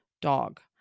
dog